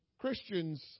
Christians